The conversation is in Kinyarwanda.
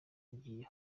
ngiye